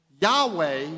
Yahweh